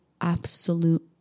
absolute